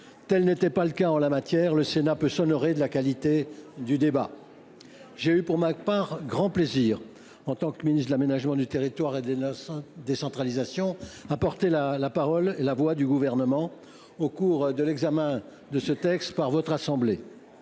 Tel n’était pas le cas sur ce sujet, et le Sénat peut s’honorer de la qualité du débat que nous avons eu. J’ai eu pour ma part grand plaisir, en tant que ministre de l’aménagement du territoire et de la décentralisation, à porter la parole du Gouvernement au cours de l’examen de ce texte par votre assemblée.